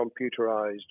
computerized